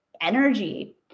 energy